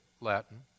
Latin